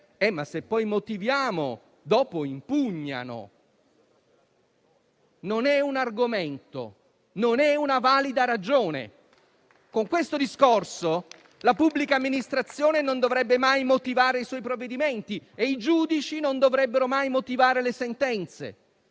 disse: se motiviamo, poi impugnano. Non è un argomento, non è una valida ragione. Sulla base di questo principio la pubblica amministrazione non dovrebbe mai motivare i suoi provvedimenti e i giudici non dovrebbero mai motivare le sentenze.